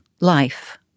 life